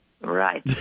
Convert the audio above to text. Right